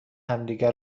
همدیگه